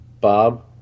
Bob